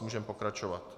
Můžeme pokračovat.